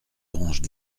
branches